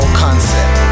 concept